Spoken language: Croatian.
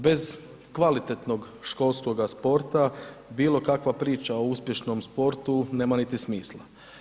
Bez kvalitetnog školskoga sporta, bilo kakva priča o uspješnom sportu nema niti smisla.